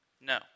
No